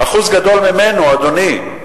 אחוז גדול ממנו, אדוני,